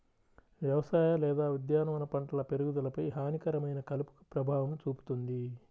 వ్యవసాయ లేదా ఉద్యానవన పంటల పెరుగుదలపై హానికరమైన కలుపు ప్రభావం చూపుతుంది